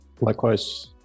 likewise